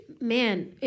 man